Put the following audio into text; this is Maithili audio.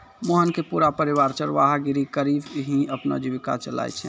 मोहन के पूरा परिवार चरवाहा गिरी करीकॅ ही अपनो जीविका चलाय छै